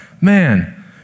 man